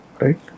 right